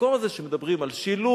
המקום הזה שמדברים על שילוב,